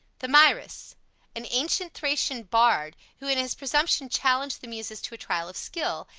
thamyris an ancient thracian bard, who in his presumption challenged the muses to a trial of skill,